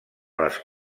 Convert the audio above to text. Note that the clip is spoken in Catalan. les